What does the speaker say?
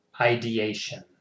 ideation